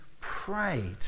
prayed